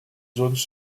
zones